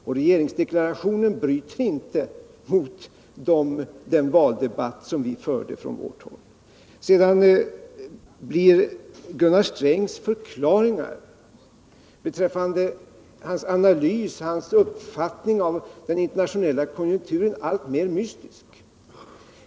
Och regeringsdeklarationen bryter inte mot den valdebatt som vi förde från vårt håll. Sedan blir Gunnar Strängs förklaringar beträffande hans analys, hans uppfattning av den internationella konjunkturen, alltmer mystiska.